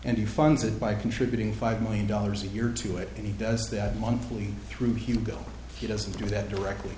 you funds it by contributing five million dollars a year to it and he does that monthly through hugo he doesn't do that directly